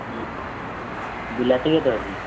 ବିଲାତି କେତେ ଅଛି